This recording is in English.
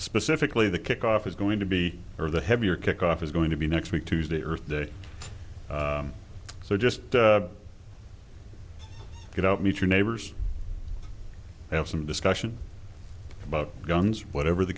specifically the kickoff is going to be or the heavier kickoff is going to be next week tuesday earth day so just get out meet your neighbors have some discussion about guns whatever the